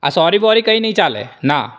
આ sorry worry કંઈ નહિ ચાલે ના